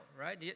right